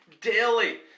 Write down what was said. daily